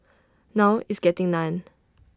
now it's getting none